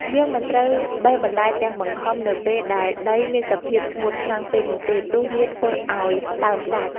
យើងមិនត្រូវបេះបន្លែទាំងបង្ខំនៅពេលដែលដីមានសភាពស្ងួតខ្លាំងពេកនោះទេ ព្រោះវាធ្វើឱ្យដើមដាច់។